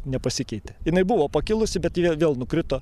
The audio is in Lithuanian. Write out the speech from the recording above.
nepasikeitė jinai buvo pakilusi bet ji vėl nukrito